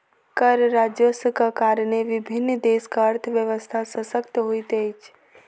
कर राजस्वक कारणेँ विभिन्न देशक अर्थव्यवस्था शशक्त होइत अछि